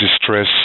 distress